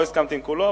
לא הסכמתי עם כולו,